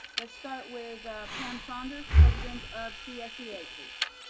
let's start with pam saunders, president of csea please.